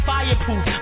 Fireproof